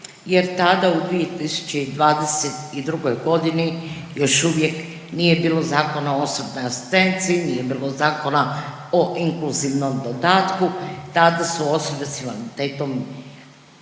jer tada u 2022. g. još uvijek nije bilo Zakona o osobnoj asistenciji, nije bilo Zakona o inkluzivnom dodatku, tada su osobe s invaliditetom,